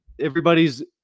Everybody's